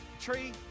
tree